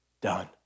done